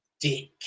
dick